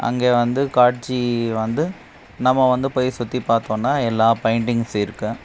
அங்கே வந்து காட்சி வந்து நம்ம வந்து போய் சுற்றிப் பார்த்தோனா எல்லா பெயிண்டிங்ஸு இருக்கு